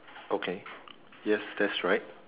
okay yes that's right